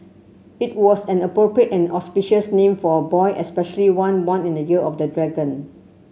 it was an appropriate and auspicious name for a boy especially one born in the year of the dragon